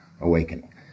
awakening